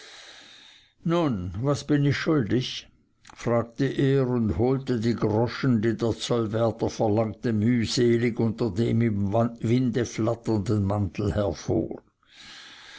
nun was bin ich schuldig fragte er und holte die groschen die der zollwärter verlangte mühselig unter dem im winde flatternden mantel hervor